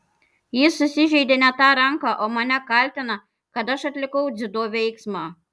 jis susižeidė ne tą ranką o mane kaltina kad aš atlikau dziudo veiksmą